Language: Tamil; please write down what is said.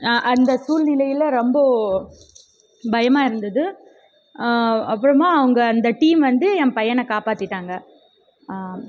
அந்த சூழ்நிலையில் ரொம்ப பயமாக இருந்தது அப்புறமா அவங்க அந்த டீம் வந்து என் பையனை காப்பாற்றிட்டாங்க